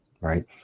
right